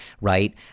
right